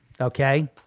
Okay